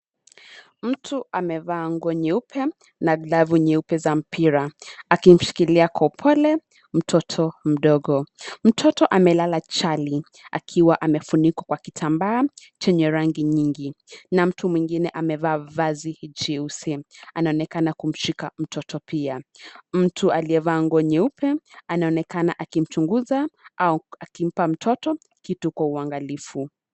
Mtu amevaa nguo nyeupe na glavu nyeupe za mpira, akimshilkilia kwa upole mtoto mdogo. Mtoto amelala chali akiwa amefunikwa kwa kitambaa chenye rangi nyingi. Na mtu mwingine amevaa vazi jeusi anaonekana kumshika mtoto pia. Mtu aliyevaa nguo nyeupe anaonekana akimchunguza au akimpa mtoto kitu kwa uangalifu.